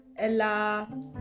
ella